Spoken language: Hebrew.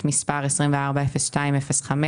מספר 240205